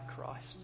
Christ